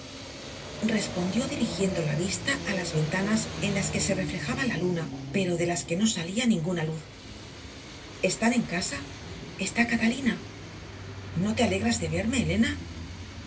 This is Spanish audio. respondió dirigiendo la vista a las ventanas en las que se reflejaba la luna pero de las que no salía ninguna luz están en casa está catalina no te alegras de verme elena